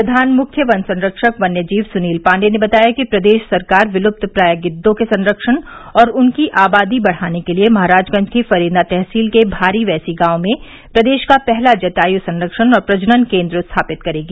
प्रधान मुख्य वन संरक्षक वन्य जीव स्नील पाण्डेय ने बताया कि प्रदेश सरकार विलुप्त प्रायः गिद्दों के संख्यण और उनकी आबादी बढ़ाने के लिर्य महराजगंज की फरेंदा तहसील के भारी वैसी गांव में प्रदेश का पहला जटायु संरक्षण और प्रजनन केन्द्र स्थापित करेगी